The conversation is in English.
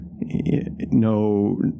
no